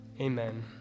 Amen